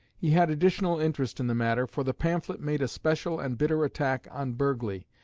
he had additional interest in the matter, for the pamphlet made a special and bitter attack on burghley,